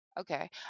Okay